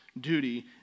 duty